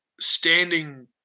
standing